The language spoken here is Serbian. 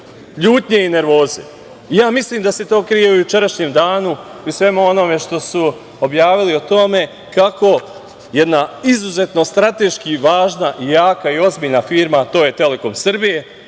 ljutnje i nervoze. Mislim da se to krije u jučerašnjem danu i u svemu onome što su objavili o tome kako jedna izuzetno strateški važna, jaka i ozbiljna firma, a to je „Telekom Srbija“,